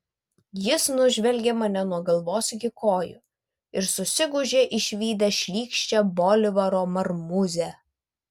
jis nužvelgė mane nuo galvos iki kojų ir susigūžė išvydęs šlykščią bolivaro marmūzę